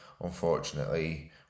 Unfortunately